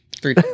Three